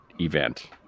event